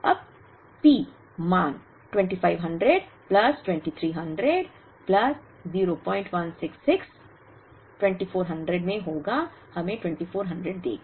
अब P मान 2500 plus 2300 plus 0166 2400 में होगा हमें 2400 देगा